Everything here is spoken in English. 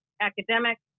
academic